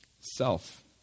self